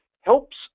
helps